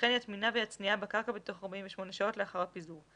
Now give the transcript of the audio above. וכן יטמינה ויצניעה בקרקע בתוך 48 שעות לאחר הפיזור.